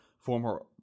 former